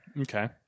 Okay